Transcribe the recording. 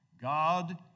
God